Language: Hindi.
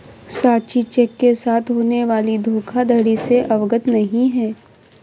साक्षी चेक के साथ होने वाली धोखाधड़ी से अवगत नहीं है